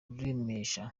ruremesha